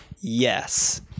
Yes